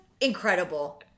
incredible